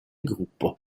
gruppo